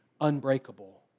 unbreakable